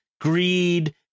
greed